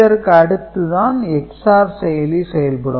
இதற்கு அடுத்து தான் XOR செயலி செயல்படும்